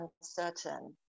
uncertain